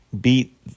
beat